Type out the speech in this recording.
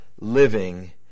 living